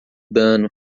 dano